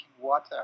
water